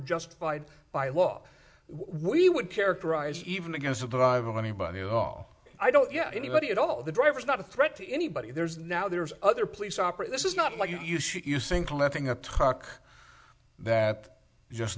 justified by law we would characterize even again survival anybody at all i don't yeah anybody at all the driver is not a threat to anybody there's now there's other police operate this is not what you shoot you think letting a tuck that just